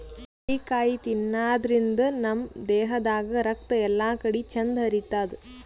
ಬಾರಿಕಾಯಿ ತಿನಾದ್ರಿನ್ದ ನಮ್ ದೇಹದಾಗ್ ರಕ್ತ ಎಲ್ಲಾಕಡಿ ಚಂದ್ ಹರಿತದ್